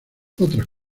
otras